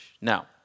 Now